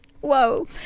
Whoa